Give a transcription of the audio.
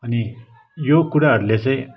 अनि यो कुराहरूले चाहिँ